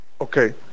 Okay